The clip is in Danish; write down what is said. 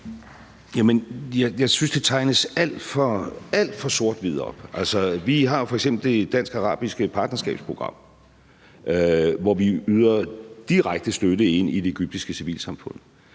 Jeg synes, det tegnes alt for sort-hvidt op. Vi har f.eks. Det Danske-Arabiske Partnerskabsprogram, hvor vi yder direkte støtte til det egyptiske civilsamfund.